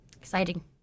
exciting